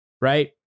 Right